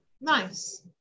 Nice